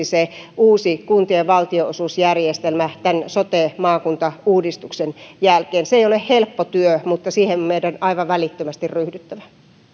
se uusi kuntien valtionosuusjärjestelmä tämän sote maakuntauudistuksen jälkeen se ei ole helppo työ mutta siihen meidän on aivan välittömästi ryhdyttävä